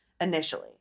initially